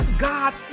God